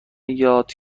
یاد